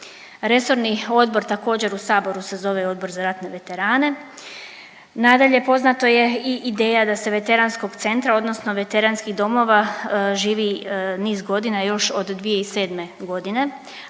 Resorni odbor također u saboru se zove Odbor za ratne veterane. Nadalje poznato je i ideja da se veteranskog centra odnosno veteranskih domova živi niz godina još od 2007. godine,